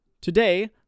Today